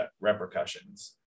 repercussions